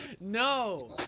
no